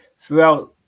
throughout